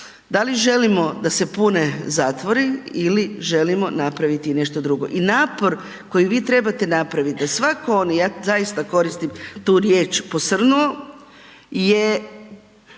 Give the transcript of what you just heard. da li želimo da se pune zatvori ili želimo napraviti nešto drugo. I napor koji vi trebate napraviti da svaki oni, ja zaista koristim tu riječ „posrnuo“ je